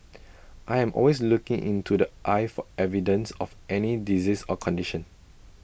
I am always looking into the eye for evidence of any disease or condition